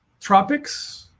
Tropics